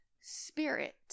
Spirit